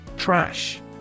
Trash